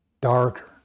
darker